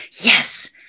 yes